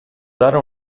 dare